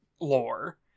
lore